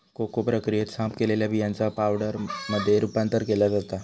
cocoa प्रक्रियेत, साफ केलेल्या बियांचा पावडरमध्ये रूपांतर केला जाता